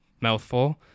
mouthful